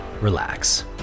relax